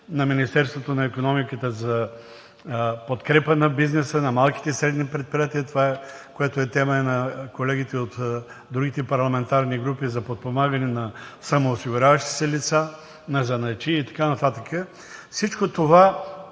на Министерството на икономиката за подкрепа на бизнеса на малките и средни предприятия – това, което е тема и на колегите от другите парламентарни групи, за подпомагане на самоосигуряващите се лица, на занаятчии и така нататък. Всичко това